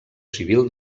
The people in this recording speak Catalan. civil